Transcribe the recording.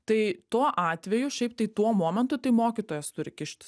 tai tuo atveju šiaip tai tuo momentu tai mokytojas turi kištis